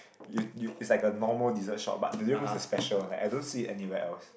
you you it's like a normal dessert shop but durian mousse is the special one like I don't see it anywhere else